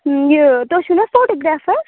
یہِ تُہۍ چھُو نہ حظ فوٹوگرٛافر